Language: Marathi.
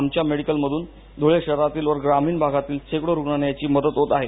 आमच्या मेडिकलमधून धूळे शहरातील व ग्रामीण भागातील रूग्णांना याची मदत होत आहे